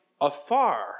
afar